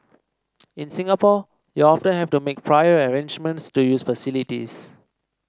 in Singapore you often have to make prior arrangements to use facilities